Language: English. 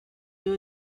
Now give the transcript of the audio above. you